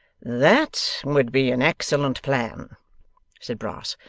that would be an excellent plan said brass,